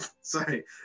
Sorry